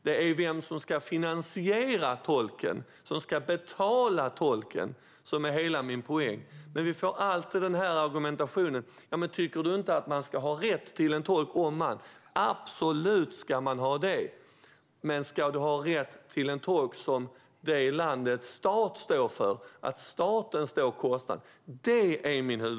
Det är vem som ska finansiera och betala tolken som är hela min poäng, men vi får alltid denna argumentation: Tycker du inte att man ska ha rätt till en tolk om man, och så vidare? Absolut! Men min huvudfråga är huruvida du ska ha rätt till tolk där landets stat står för kostnaden.